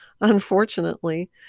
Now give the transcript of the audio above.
unfortunately